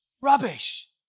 rubbish